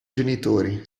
genitori